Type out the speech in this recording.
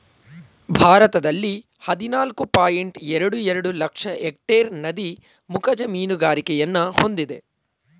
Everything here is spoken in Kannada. ಭಾರತದಲ್ಲಿ ಹದಿನಾಲ್ಕು ಪಾಯಿಂಟ್ ಎರಡು ಎರಡು ಲಕ್ಷ ಎಕ್ಟೇರ್ ನದಿ ಮುಖಜ ಮೀನುಗಾರಿಕೆಯನ್ನು ಹೊಂದಿದೆ